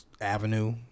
Avenue